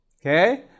Okay